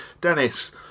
Dennis